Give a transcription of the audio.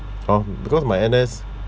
hor because my N_S